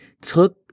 took